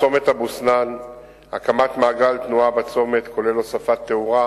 אין תאורה,